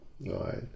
right